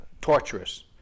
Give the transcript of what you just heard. torturous